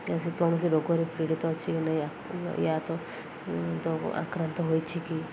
ସେ କୌଣସି ରୋଗରେ କ୍ରୀୀଡ଼ିତ ଅଛି କି ନାଇଁ ୟା ତ ତ ଆକ୍ରାନ୍ତ ହୋଇଛି କି